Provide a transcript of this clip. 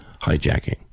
hijacking